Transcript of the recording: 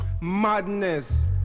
madness